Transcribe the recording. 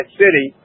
city